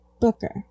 Booker